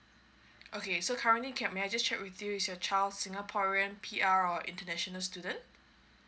okay so currently can may I just check with you is your child singaporean P_R or international student